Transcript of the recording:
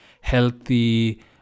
healthy